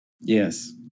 Yes